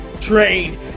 train